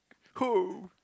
who